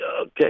Okay